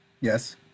yes